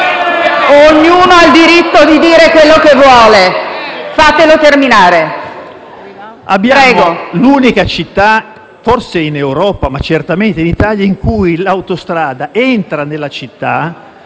ognuno ha il diritto di dire quello che vuole. Fatelo terminare. BIASOTTI *(FI-BP)*. È l'unica città, forse in Europa, ma certamente in Italia, in cui l'autostrada entra nella città,